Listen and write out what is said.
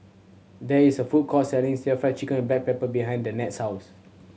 there is a food court selling still Fried Chicken with black pepper behind Danette's house